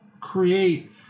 create